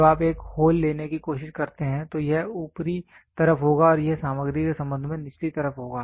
जब आप एक होल लेने की कोशिश करते हैं तो यह ऊपरी तरफ होगा और यह सामग्री के संबंध में निचली तरफ होगा